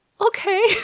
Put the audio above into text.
okay